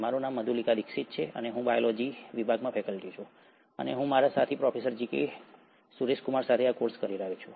મારું નામ મધુલિકા દીક્ષિત છે અને હું બાયોટેકનોલોજી વિભાગમાં ફેકલ્ટી છું અને હું મારા સાથી professor G K Suresh Kumar સાથે આ કોર્સ કરી રહ્યો છું